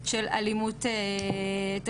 העניין הזה של מתן שם,